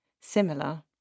similar